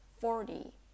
forty